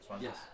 Yes